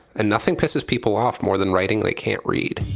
and nothing pisses people off more than writing they can't read.